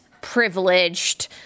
privileged